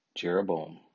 Jeroboam